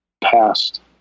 past